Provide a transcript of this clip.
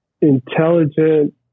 intelligent